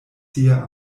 sia